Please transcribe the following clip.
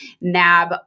nab